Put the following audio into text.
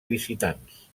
visitants